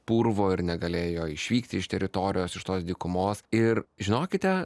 purvo ir negalėjo išvykti iš teritorijos iš tos dykumos ir žinokite